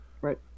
Right